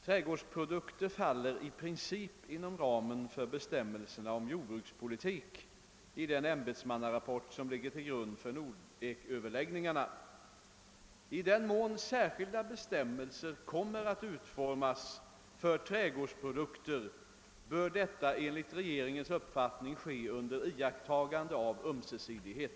Trädgårdsprodukter faller i princip inom ramen för bestämmelserna om jordbrukspolitik i den ämbetsmanna rapport som ligger till grund för Nordeköverläggningarna. I den mån särskilda bestämmelser kommer att utformas för trädgårdsprodukter bör detta enligt regeringens uppfattning ske under iakttagande av ömsesidighet.